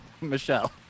Michelle